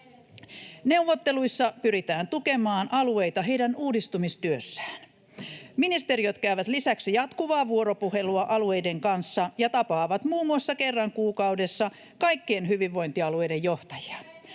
Neuvotteluissa pyritään tukemaan alueita heidän uudistumistyössään. Ministeriöt käyvät lisäksi jatkuvaa vuoropuhelua alueiden kanssa ja tapaavat muun muassa kerran kuukaudessa kaikkien hyvinvointialueiden johtajia.